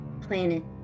planet